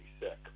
sick